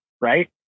right